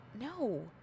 No